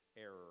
Error